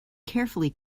carefully